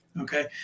Okay